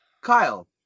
Kyle